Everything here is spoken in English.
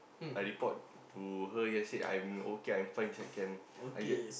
I report to her yes said I'm okay I'm fine inside camp I get